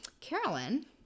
Carolyn